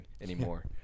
anymore